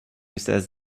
says